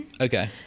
okay